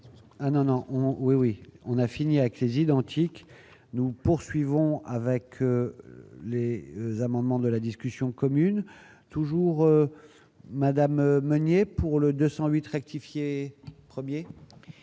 ah non non on oui, oui, on a fini avec les identique. Nous poursuivons avec les amendements de la discussion commune toujours madame Meunier, pour le 208. Rectifier 1er.